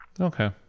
Okay